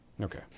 okay